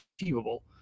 achievable